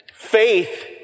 Faith